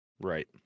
Right